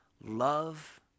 love